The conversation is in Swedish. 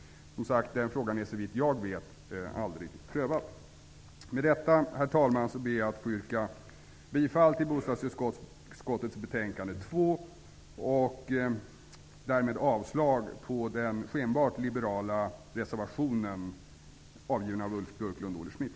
Som sagt, den frågan är såvitt jag vet aldrig prövad. Herr talman! Med det anförda vill jag yrka bifall till hemställan i bostadsutskottets betänkande nr 2 och därmed avslag på den skenbart liberala reservationen av Ulf Björklund och Olle Schmidt.